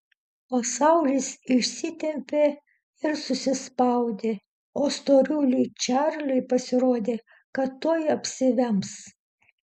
pasaulis išsitempė ir susispaudė ir storuliui čarliui pasirodė kad tuoj apsivems